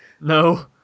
no